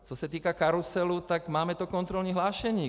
Co se týká karuselů, máme to kontrolní hlášení.